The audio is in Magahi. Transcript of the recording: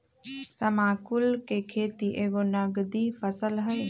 तमाकुल कें खेति एगो नगदी फसल हइ